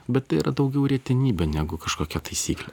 bet tai yra daugiau retenybė negu kažkokia taisyklė